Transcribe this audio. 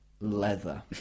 leather